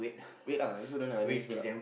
wait ah I also don't have I never use PayLah